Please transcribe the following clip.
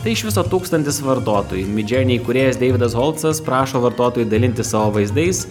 tai iš viso tūkstantis vartotojų midjourney įkūrėjas deividas holcas prašo vartotojų dalintis savo vaizdais